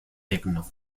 techno